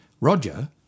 Roger